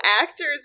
actors